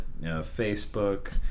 Facebook